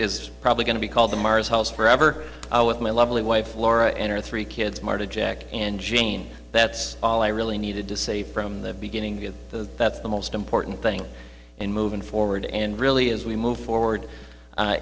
is probably going to be called the mars house forever with my lovely wife laura enter three kids marta jack and jean that's all i really needed to say from the beginning of the that's the most important thing in moving forward and really as we move forward